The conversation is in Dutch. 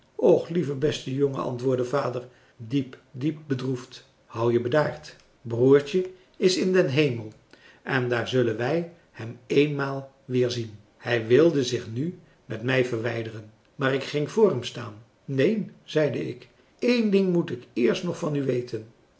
och lieve beste jongen antwoordde vader diep diep bedroefd houd je bedaard broertje is in den hemel en daar zullen wij hem eenmaal weerzien hij wilde zich nu met mij verwijderen maar ik ging vr hem staan neen zeide ik één ding moet ik eerst nog van u weten